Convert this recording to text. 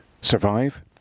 survive